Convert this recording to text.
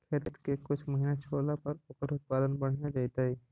खेत के कुछ महिना छोड़ला पर ओकर उत्पादन बढ़िया जैतइ?